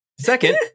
second